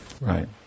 Right